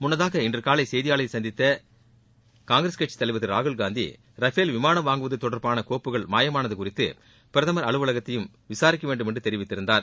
முன்னதாக இன்று காலை செய்தியாளர்களை சந்தித்த காங்கிரஸ் கட்சி தலைவர் திரு ராகுல்காந்தி ரபேல் விமானம் வாங்குவது தொடர்பான கோப்புகள் மாயமானது குறித்து பிரதமர் அலுவலகத்தையும் விசாரிக்க வேண்டும் என்று தெரிவித்திருந்தார்